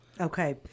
okay